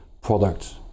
product